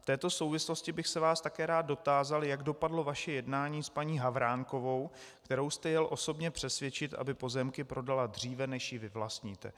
V této souvislosti bych se vás také rád dotázal, jak dopadlo vaše jednání s paní Havránkovou, kterou jste jel osobně přesvědčit, aby pozemky prodala dříve, než ji vyvlastníte.